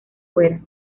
fuera